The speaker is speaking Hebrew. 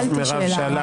מירב שאלה.